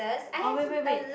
oh wait wait wait